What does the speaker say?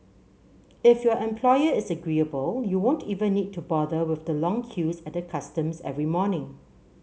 if your employer is agreeable you won't even need to bother with the long queues at the customs every morning